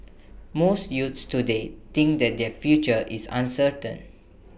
most youths today think that their future is uncertain